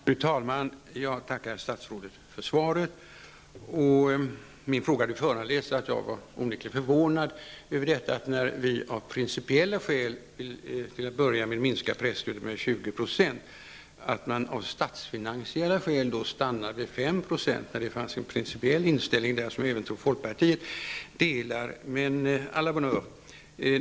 Fru talman! Jag tackar statsrådet för svaret. Min fråga föranleds av att jag onekligen är förvånad över att man, när vi av principiella skäl vill, till att börja med, minska presstödet med 20 %, av statsfinansiella skäl stannar vid 5 %. Det har alltså funnits en principiell inställning, som jag tror att även folkpartiet delar. Men à la bonheure!